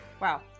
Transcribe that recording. Wow